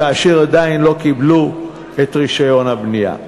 כאשר עדיין לא קיבלו את רישיון הבנייה.